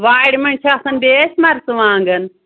وارِ منٛز چھِ آسان بیٚیہِ اَسہِ مَرژٕوانٛگَن